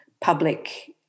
public